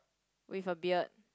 with a beard